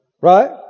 Right